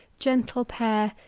gentle pair,